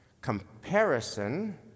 comparison